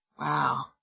Wow